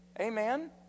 amen